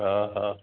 हा हा